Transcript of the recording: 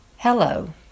Hello